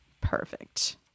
Perfect